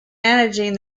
managing